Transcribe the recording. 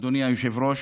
אדוני היושב-ראש,